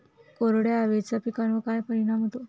कोरड्या हवेचा पिकावर काय परिणाम होतो?